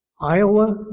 Iowa